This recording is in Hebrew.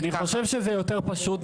אני חושב שזה הרבה יותר פשוט,